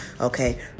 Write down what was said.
Okay